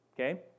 Okay